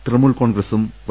തൃണമൂൽ കോൺഗ്രസും വൈ